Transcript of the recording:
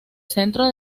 centro